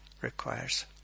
requires